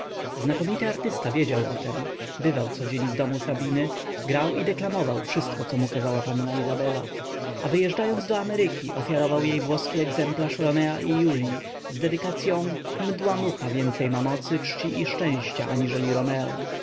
znakomity artysta wiedział o tem bywał codzień w domu hrabiny grał i deklamował wszystko co mu kazała panna izabela a wyjeżdżając do ameryki ofiarował jej włoski egzemplarz romea i julii z dedykacyą mdła mucha więcej ma mocy czci i szczęścia aniżeli romeo